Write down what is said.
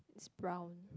it's brown